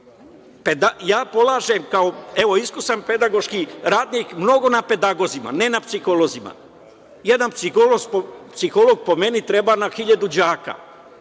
polažem, kao, evo, iskusni pedagoški radnik, mnogo na pedagozima, ne na psiholozima. Jedan psiholog po meni treba na 1.000 đaka.